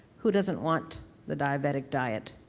who doesn't want the diabetic diet?